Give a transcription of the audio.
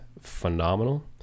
phenomenal